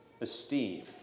esteem